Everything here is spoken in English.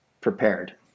prepared